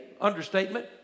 understatement